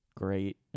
great